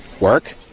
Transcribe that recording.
work